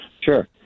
sure